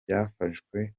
byafashwe